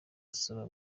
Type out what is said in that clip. asaba